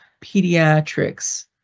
pediatrics